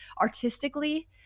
artistically